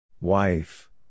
Wife